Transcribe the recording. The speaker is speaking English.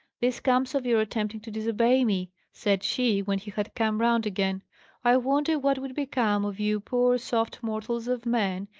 this comes of your attempting to disobey me! said she, when he had come round again i wonder what would become of you poor, soft mortals of men,